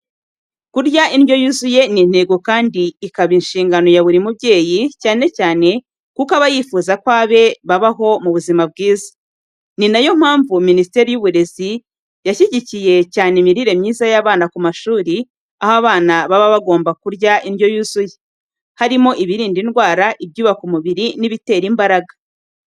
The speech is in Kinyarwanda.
Kurya indyo yuzuye ni intego kandi ikaba inshingano ya buri mubyeyi cyane cyane kuko aba yifuza ko abe babaho mu buzima bwiza. Ni na yo mpamvu Minisiteri y'Uburezi yashyigikiye cyane imirire myiza y'abana ku mashuri aho abana baba bagomba kurya indyo yuzuye, harimo ibirinda indwara, ibyubaka umubiri n'ibitera imbaraga.